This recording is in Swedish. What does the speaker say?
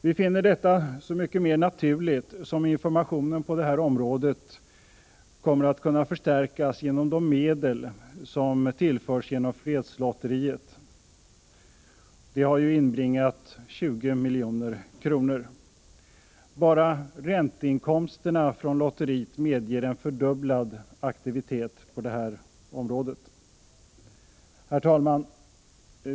Vi finner detta så mycket mer naturligt som informationen på detta område kommer att kunna förstärkas genom de medel som tillförs genom fredslotteriet, som inbringat 20 milj.kr. Bara ränteinkomsterna från lotteriet medger en fördubblad aktivitet på detta område. Herr talman!